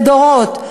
לדורות,